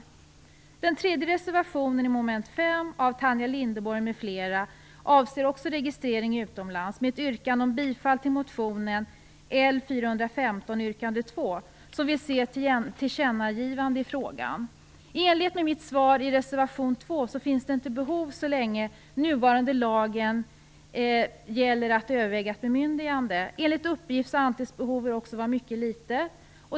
I den tredje reservationen, mom. 5, av Tanja Linderborg m.fl., om registrering utomlands yrkas bifall till motionen L412, yrkande 2, där man vill ha ett tillkännagivande i frågan. I enlighet med min kommentar till reservation 2 finns det inget behov av att överväga ett bemyndigande så länge den nuvarande lagen gäller. Enligt uppgift antas behovet vara mycket litet.